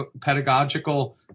pedagogical